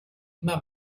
immer